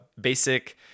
basic